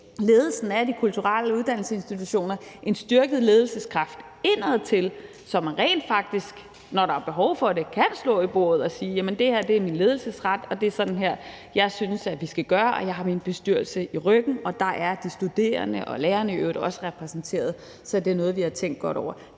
ledelsen af de kulturelle uddannelsesinstitutioner en styrket ledelseskraft indadtil, og som rent faktisk, når der er behov for det, kan slå i bordet og sige: Det her er min ledelsesret, og det er sådan her, jeg synes vi skal gøre, og jeg har min bestyrelse i ryggen. Der er de studerende og lærerne i øvrigt også repræsenteret, så det er noget, vi har tænkt godt over.